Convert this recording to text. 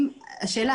שאלה,